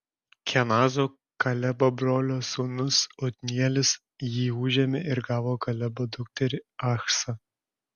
kenazo kalebo brolio sūnus otnielis jį užėmė ir gavo kalebo dukterį achsą